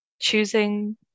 choosing